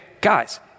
guys